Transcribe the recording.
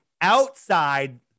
outside